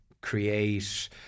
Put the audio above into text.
create